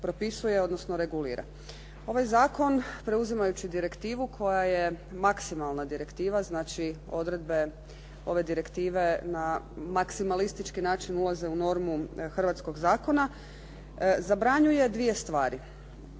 odnosno regulira? Ovaj zakon, preuzimajući direktivu koja je maksimalna direktiva, znači odredbe ove direktive na maksimalistički način ulaze u normu hrvatskog zakona, zabranjuje dvije stvari